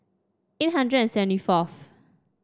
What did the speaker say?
eight hundred and seventy fourth